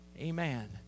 Amen